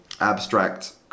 abstract